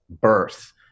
birth